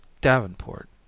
Davenport